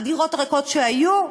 הדירות הריקות שהיו,